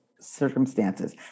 circumstances